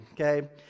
Okay